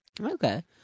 Okay